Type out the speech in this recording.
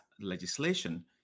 legislation